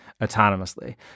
autonomously